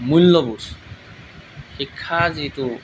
মূল্যবোধ শিক্ষা যিটো